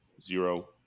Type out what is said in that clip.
zero